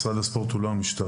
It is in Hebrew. משרד הספורט הוא לא המשטרה.